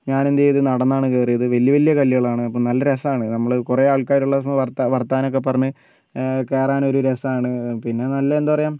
ഞാൻ എന്ത് ചെയ്ത് നടന്നാണ് കയറിയത് വലിയ വലിയ കല്ലുകളാണ് അപ്പോൾ നല്ല രസമാണ് നമ്മൾ കുറെ ആൾക്കാർ ഉള്ളപ്പോൾ വാർത്ത വാർത്താനമോക്കെ പറഞ്ഞ് കയറാൻ ഒക്കെ ഒരു രസമാണ് പിന്നെ നല്ല എന്താ പറയാ